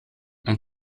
and